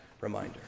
reminder